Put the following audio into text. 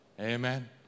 Amen